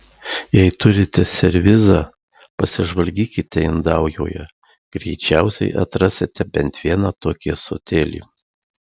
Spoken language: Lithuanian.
jei turite servizą pasižvalgykite indaujoje greičiausiai atrasite bent vieną tokį ąsotėlį